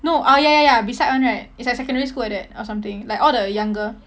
no oh ya ya ya beside [one] right it's like secondary school like that or something like all the younger